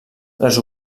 les